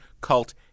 cult